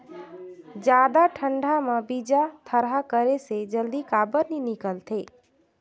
जादा ठंडा म बीजा थरहा करे से जल्दी काबर नी निकलथे?